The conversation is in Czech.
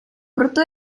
proto